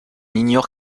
ignore